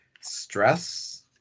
stress